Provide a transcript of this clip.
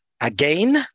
Again